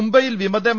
മുംബൈയിൽ വിമത എം